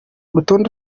rutonde